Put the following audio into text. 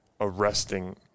arresting